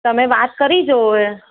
તમે વાત કરી જુઓ